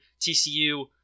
TCU